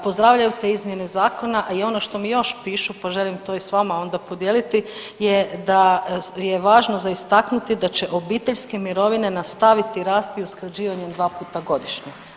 Pozdravljaju te izmjene zakona, a i ono što mi još pišu poželim to i sa vama onda podijeliti je da je važno za istaknuti, da će obiteljske mirovine nastaviti rasti usklađivanjem dva puta godišnje.